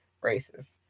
races